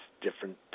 different